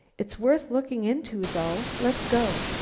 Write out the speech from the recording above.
it's worth looking into, though. let's go.